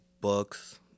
books